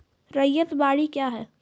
रैयत बाड़ी क्या हैं?